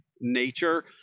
nature